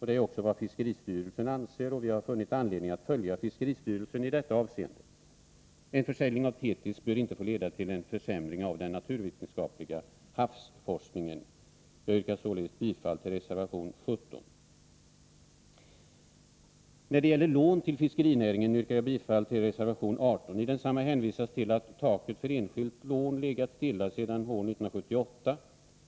Det är också vad fiskeristyrelsen anser, och vi har funnit anledning att följa fiskeristyrelsen i detta avseende. En försäljning av Thetis bör inte få leda till en försämring av den naturvetenskapliga havsforskningen. Jag yrkar således bifall till reservation 17. När det gäller lån till fiskerinäringen yrkar jag bifall till reservation 18. I densamma hänvisas till att taket för enskilt lån legat stilla sedan år 1978.